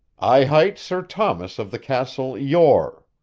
i hight sir thomas of the castle yore.